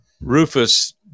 rufus